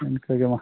ᱤᱱᱠᱟᱹ ᱜᱮ ᱢᱟ